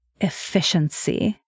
efficiency